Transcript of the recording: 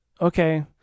okay